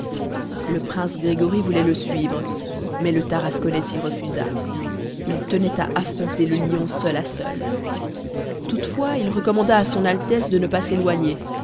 le prince grégory voulait le suivre mais le tarasconnais s'y refusa il tenait à affronter le lion seul à seul toutefois il recommanda à son altesse de ne pas s'éloigner